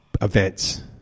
events